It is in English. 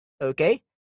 Okay